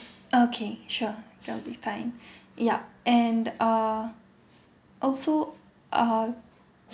okay sure that will be fine yup and uh also uh